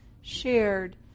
shared